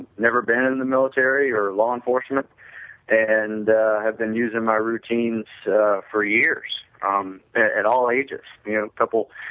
never been in the military or law enforcement and i have been using my routines for years um at all ages, you know couple,